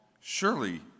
Surely